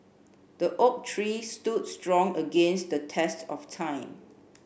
the oak tree stood strong against the test of time